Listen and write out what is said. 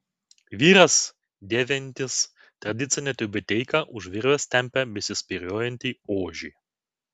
vyras dėvintis tradicinę tiubeteiką už virvės tempia besispyriojantį ožį